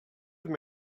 have